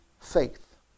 faith